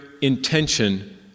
intention